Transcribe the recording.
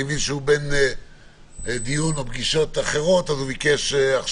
אני מבין שהוא נמצא בפגישות אחרות אז הוא ביקש לדבר.